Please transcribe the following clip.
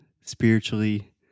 spiritually